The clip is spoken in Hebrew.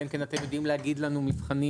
אלא אם כן אתם יודעים להגיד לנו מבחנים